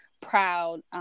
proud